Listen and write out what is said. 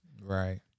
Right